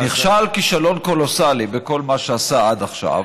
נכשל כישלון קולוסלי בכל מה שעשה עד עכשיו.